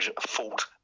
fault